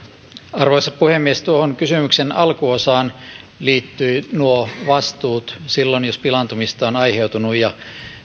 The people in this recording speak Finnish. arvoisa puhemies tuohon kysymyksen alkuosaan liittyvät nuo vastuut silloin jos pilaantumista on aiheutunut ja